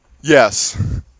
yes